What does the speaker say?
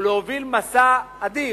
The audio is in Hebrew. ולהוביל מסע אדיר,